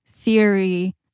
theory